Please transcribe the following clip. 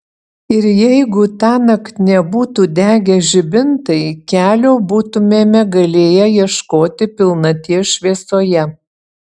ir jeigu tąnakt nebūtų degę žibintai kelio būtumėme galėję ieškoti pilnaties šviesoje